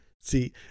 See